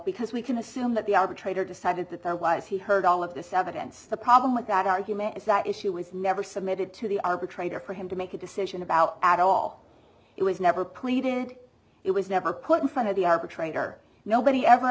because we can assume that the arbitrator decided that there was he heard all of this evidence the problem with that argument is that issue was never submitted to the arbitrator for him to make a decision about at all it was never pleaded it was never put in front of the arbitrator nobody ever